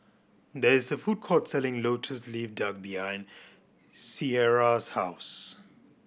there is a food court selling Lotus Leaf Duck behind Ciarra's house